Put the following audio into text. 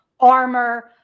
Armor